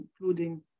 including